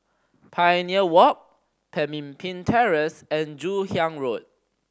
Pioneer Walk Pemimpin Terrace and Joon Hiang Road